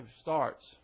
starts